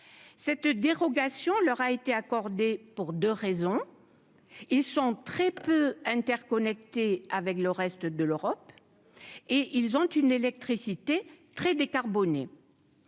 cette dérogation leur a été accordé pour 2 raisons : ils sont très peu interconnecté avec le reste de l'Europe, et ils ont une électricité très décarbonés